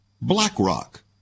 BlackRock